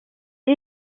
est